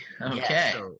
Okay